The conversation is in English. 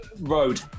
Road